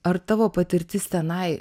ar tavo patirtis tenai